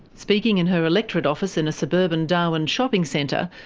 speaking in her electorate office in a suburban darwin shopping centre,